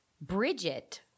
Bridget